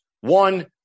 One